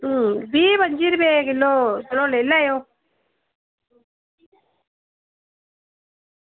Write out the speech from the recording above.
बीह् पंजी रपेऽ किलो चलो लेई लैएओ